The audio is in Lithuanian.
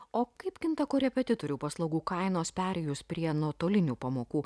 o kaip kinta korepetitorių paslaugų kainos perėjus prie nuotolinių pamokų